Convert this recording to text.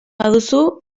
baduzu